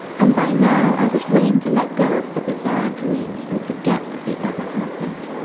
and by now i was willing to let go of the bizarre dreams and forget that they ever happened.